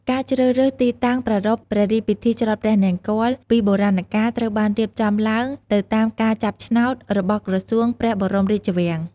ការជ្រើសរើសទីតាំងប្រារព្វព្រះរាជពិធីច្រត់ព្រះនង្គ័លពីបុរាណកាល ត្រូវបានរៀបចំឡើងទៅតាមការចាប់ឆ្នោត របស់ក្រសួងព្រះបរមរាជវាំង។